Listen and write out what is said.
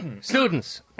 students